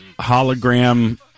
Hologram